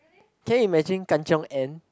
can imagine Kan-Chiong and